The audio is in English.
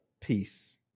peace